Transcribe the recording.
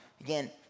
Again